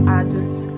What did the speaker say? adults